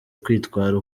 kwitwara